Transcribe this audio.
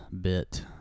bit